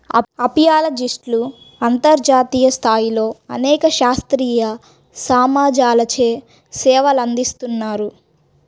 అపియాలజిస్ట్లు అంతర్జాతీయ స్థాయిలో అనేక శాస్త్రీయ సమాజాలచే సేవలందిస్తున్నారు